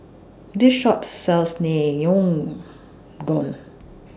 This Shop sells